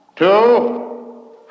Two